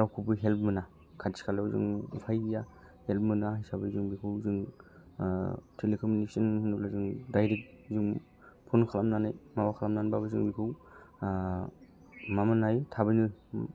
रावखौबो हेल्प मोना खाथि खालायाव जोङो उफाय गैया हेल्प मोना हिसाबै जों बेखौ जों टेलिकमिउनिसन होनोब्ला जोंनि दायरेक्ट जों फन खालामनानै माबा खालामनानैबाबो जों बेखौ मा मोनलाय थाबैनो